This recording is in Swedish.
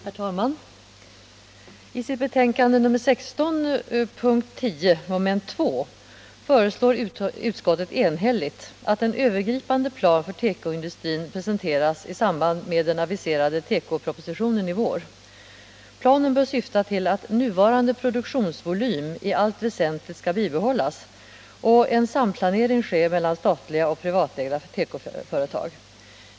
Herr talman! I sitt betänkande nr 16 föreslår näringsutskottet enhälligt under punkten 10 mom. 2, att en övergripande plan för tekoindustrin presenteras i samband med den aviserade tekopropositionen i vår. Planen bör syfta till att nuvarande produktionsvolym i allt väsentligt skall bibehållas och en samplanering ske mellan statliga och privatägda tekoföretag.